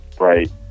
right